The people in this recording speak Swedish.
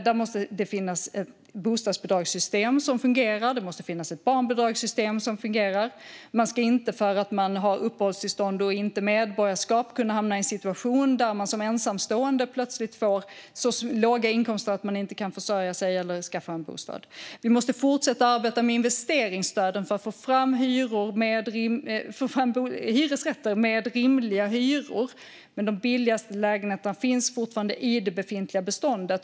Det måste finnas ett bostadsbidragssystem som fungerar. Det måste finnas ett barnbidragssystem som fungerar. Man ska inte för att man har uppehållstillstånd och inte medborgarskap kunna hamna i en situation där man som ensamstående plötsligt får så låga inkomster att man inte kan försörja sig eller skaffa en bostad. Vi måste fortsätta arbeta med investeringsstöden för att få fram hyresrätter med rimliga hyror. Men de billigaste lägenheterna finns fortfarande i det befintliga beståndet.